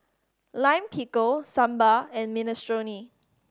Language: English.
Lime Pickle Sambar and Minestrone